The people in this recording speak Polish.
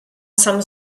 sam